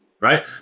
right